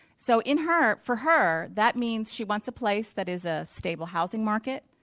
so in her for her that means she wants a place that is a stable housing market,